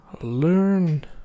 learn